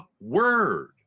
word